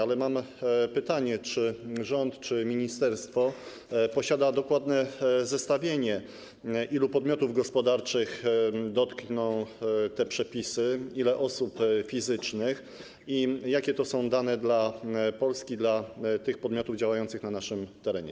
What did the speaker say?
Ale mam pytanie: Czy rząd, ministerstwo posiada dokładne zestawienie, ilu podmiotów gospodarczych dotkną te przepisy, ile osób fizycznych i jakie to są dane dla Polski, dla tych podmiotów działających na naszym terenie?